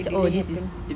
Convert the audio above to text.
it really happened